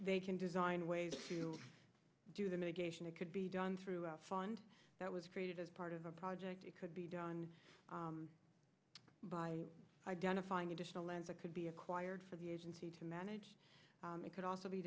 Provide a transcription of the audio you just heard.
they can design ways to do the mitigation it could be done through a fund that was created as part of a project it could be done by identifying additional land that could be acquired for the agency to manage it could also be